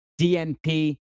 DNP